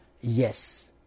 Yes